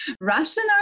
Russian